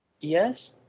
yes